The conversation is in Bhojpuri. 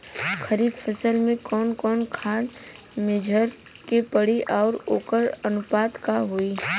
खरीफ फसल में कवन कवन खाद्य मेझर के पड़ी अउर वोकर अनुपात का होई?